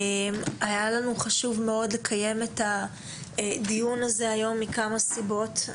היה לנו חשוב מאוד לקיים את הדיון הזה היום וזאת מכמה סיבות.